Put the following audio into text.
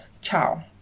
Ciao